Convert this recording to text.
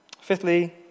fifthly